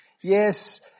Yes